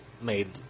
made